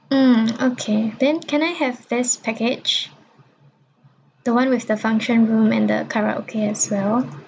mm okay then can I have this package the one with the function room and the karaoke as well